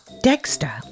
Dexter